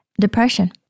depression